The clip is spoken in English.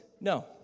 No